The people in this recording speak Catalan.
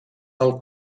del